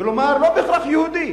ולומר שלא בהכרח יהודי: